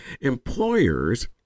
Employers